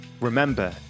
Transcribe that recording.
Remember